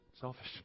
selfish